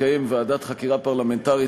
לקיים ועדת חקירה פרלמנטרית,